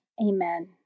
Amen